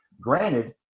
granted